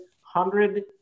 hundred